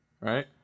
right